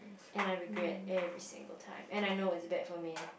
and I regret every single time and I know it's bad for me